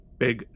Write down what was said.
big